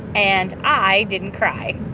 and i didn't cry.